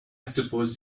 suppose